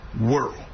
world